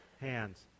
hands